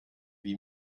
wie